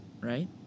right